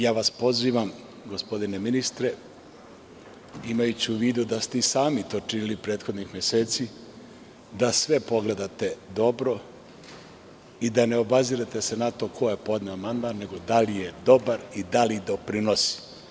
Ja vas pozivam, gospodine ministre, imajući u vidu da ste i sami to činili prethodnih meseci, da sve pogledate dobro i da se ne obazirete na to ko je podneo amandman, nego da li je dobar i da li doprinosi.